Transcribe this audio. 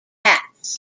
cats